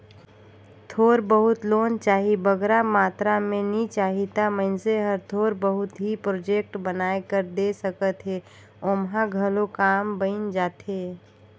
थोर बहुत लोन चाही बगरा मातरा में नी चाही ता मइनसे हर थोर बहुत ही प्रोजेक्ट बनाए कर दे सकत हे ओम्हां घलो काम बइन जाथे